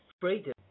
Freedom